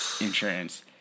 insurance